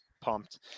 pumped